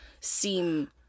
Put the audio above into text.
seem